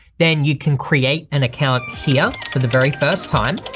then you can create an account here for the very first time.